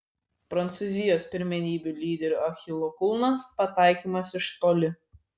prancūzijos pirmenybių lyderių achilo kulnas pataikymas iš toli